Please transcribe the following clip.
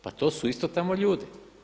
Pa to su isto tamo ljudi.